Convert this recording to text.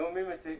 מי מציג?